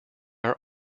are